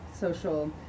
social